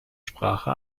sprache